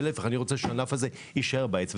להפך, אני רוצה שהענף הזה יישאר על העץ.